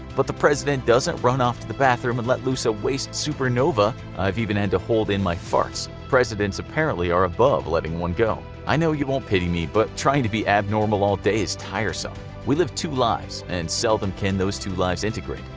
but the president doesn't run off to the bathroom and let loose a waste supernova. i've even had to hold in my farts. presidents apparently are above letting one go. i know you won't pity me, but trying to be abnormal all day is tiresome. we live two lives, and seldom can those two lives integrate.